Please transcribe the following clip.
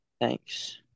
Thanks